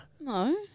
No